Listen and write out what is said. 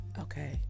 okay